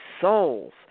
souls